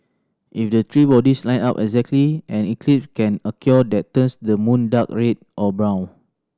if the three bodies line up exactly an eclipse can occur that turns the moon dark red or brown